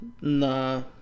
Nah